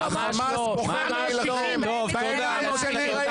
חמאס בוחר להילחם --- רבותיי,